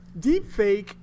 Deepfake